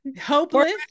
hopeless